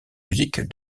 musique